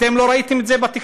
אתם לא ראיתם את זה בתקשורת,